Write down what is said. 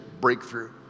breakthrough